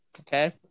Okay